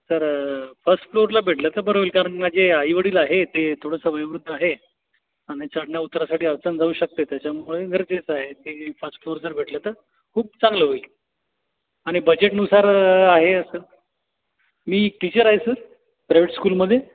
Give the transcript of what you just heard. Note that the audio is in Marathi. सर फर्स्ट फ्लोअरला भेटलं तर बरं होईल कारण माझे आईवडील आहे ते थोडंसं वयोवृद्ध आहे आणि चढण्याउतरासाठी अडचण जाऊ शकते त्याच्यामुळे गरजेचं आहे ते फर्स्ट फ्लोअर जर भेटलं तर खूप चांगलं होईल आणि बजेटनुसार आहे असं मी टिचर आहे सर प्रायव्हेट स्कूलमध्ये